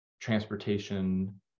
transportation